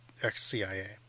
ex-CIA